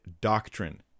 doctrine